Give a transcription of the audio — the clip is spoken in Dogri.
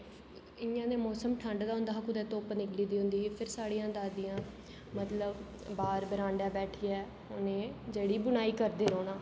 इ'यां ते मौसम ठंड दा होंदा हा ते कुतै धुप्प निकली दी होंदी ही फिर साढ़ियां दादियां मतलब बाहर बरांडे बैठिये उ'नें जेह्ड़ी बुनाई करदे रौह्ना